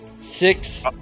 six